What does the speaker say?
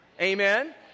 Amen